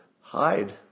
hide